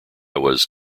was